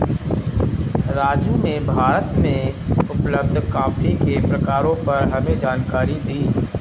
राजू ने भारत में उपलब्ध कॉफी के प्रकारों पर हमें जानकारी दी